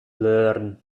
learn